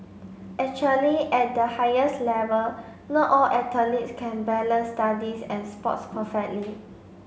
actually at the highest level not all athletes can balance studies and sports perfectly